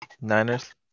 Niners